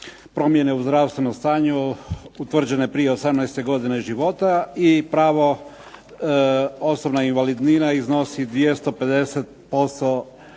promjene u zdravstvenom stanju utvrđene prije 18 godine života i pravo osobne invalidnine iznosi 250%